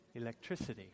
Electricity